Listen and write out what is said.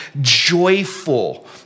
joyful